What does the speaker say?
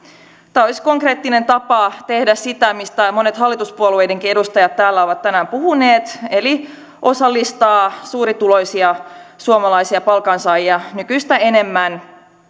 tämä olisi konkreettinen tapa tehdä sitä mistä monet hallituspuolueidenkin edustajat täällä ovat tänään puhuneet eli osallistaa suurituloisia suomalaisia palkansaajia nykyistä enemmän